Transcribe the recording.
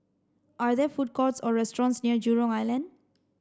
are there food courts or restaurants near Jurong Island